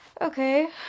Okay